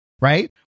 right